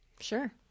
Sure